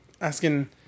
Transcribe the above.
asking